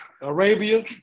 Arabia